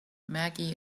maggie